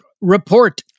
report